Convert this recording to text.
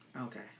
Okay